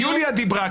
יוליה דיברה,